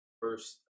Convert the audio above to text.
first